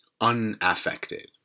unaffected